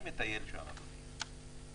אני מטייל שם, אדוני.